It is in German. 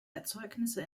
erzeugnisse